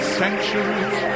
centuries